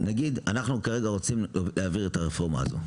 כרגע אנחנו רוצים להעביר את הרפורמה הזאת.